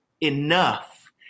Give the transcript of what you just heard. enough